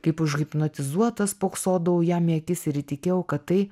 kaip užhipnotizuota spoksodavau jam į akis ir įtikėjau kad tai